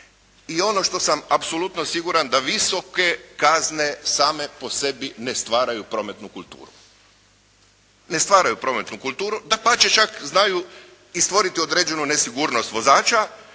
I ono što sam apsolutno siguran da visoke kazne same po sebi ne stvaraju prometnu kulturu. Dapače, čak znaju i stvoriti određenu nesigurnost vozača